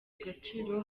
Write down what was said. agaciro